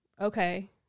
okay